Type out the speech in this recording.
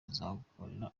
bizatugora